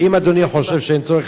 אם אדוני חושב שאין צורך,